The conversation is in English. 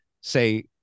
say